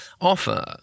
offer